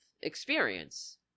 experience